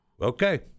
Okay